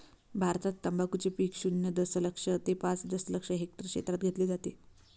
भारतात तंबाखूचे पीक शून्य दशलक्ष ते पाच दशलक्ष हेक्टर क्षेत्रात घेतले जाते